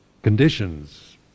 Conditions